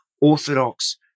Orthodox